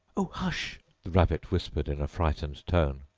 oh, hush the rabbit whispered in a frightened tone.